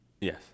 Yes